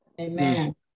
Amen